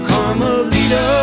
Carmelita